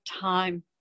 time